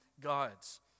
gods